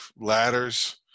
ladders